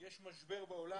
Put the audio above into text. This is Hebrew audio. כשיש משבר בעולם,